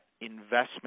investment